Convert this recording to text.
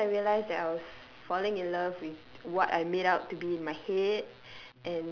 and once I realized that I was falling in love with what I made out to be in my head